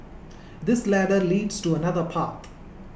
this ladder leads to another path